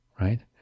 right